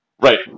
Right